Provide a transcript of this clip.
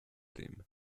team